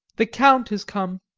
the count has come.